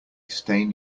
stain